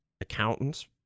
accountants